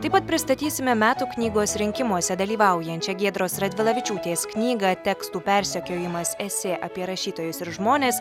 taip pat pristatysime metų knygos rinkimuose dalyvaujančią giedros radvilavičiūtės knygą tekstų persekiojimas esė apie rašytojus ir žmones